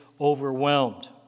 overwhelmed